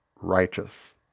righteous